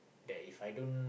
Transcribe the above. then If I don't